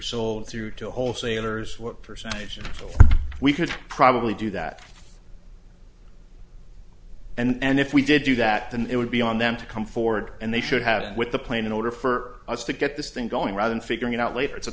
through to wholesalers what percentage so we could probably do that and if we did do that than it would be on them to come forward and they should have been with the plane in order for us to get this thing going rather than figuring it out later it's a